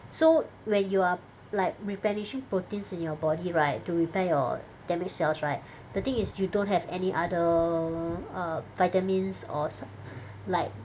so when you are like replenishing proteins in your body right to repair your damaged cells right the thing is you don't have any other err vitamins or supp~ like